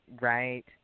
Right